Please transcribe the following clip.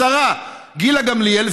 השרה גילה גמליאל,